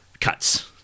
cuts